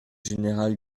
général